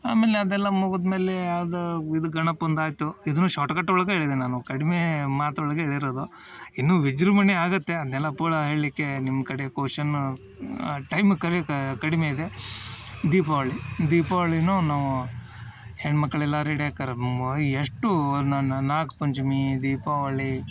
ಆಮೇಲೆ ಅದೆಲ್ಲ ಮುಗದ್ಮೇಲೆ ಅದು ಇದು ಗಣಪಂದು ಆಯಿತು ಇದನ್ನು ಶಾರ್ಟ್ ಕಟ್ ಒಳಗೆ ಹೇಳಿದೆ ನಾನು ಕಡಿಮೆ ಮಾತು ಒಳಗೆ ಹೇಳಿರೊದು ಇನ್ನು ವಿಜೃಂಭಣೆ ಆಗುತ್ತೆ ಅದನ್ನೆಲ್ಲ ಪೂರ ಹೇಳಲ್ಲಿಕ್ಕೆ ನಿಮ್ಮ ಕಡೆ ಕೋಶನ್ ಆ ಟೈಮ್ ಕಡಿಮೆ ಇದೆ ದೀಪಾವಳಿ ದೀಪಾವಳಿಗೂ ನಾವು ಹೆಣ್ಣು ಮಕ್ಕಳೆಲ್ಲ ರೆಡಿ ಆಕ್ಕಾರ ಎಷ್ಟು ನಾಗ ಪಂಚಮಿ ದೀಪಾವಳಿ